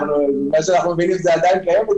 ממה שאנחנו מבינים זה עדיין קיים.